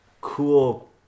cool